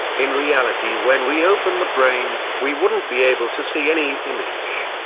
in reality when we open the brain, we wouldn't be able to see any image.